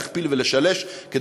להכפיל ולשלש אותם,